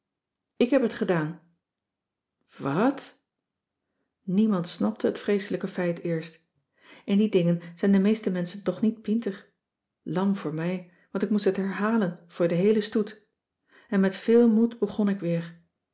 ik heb het gedaan wat niemand snapte het vreeselijke feit eerst in die dingen zijn de meeste menschen toch niet pienter lam voor mij want ik moest het herhalen voor den heelen stoet en met veel moed begon ik weer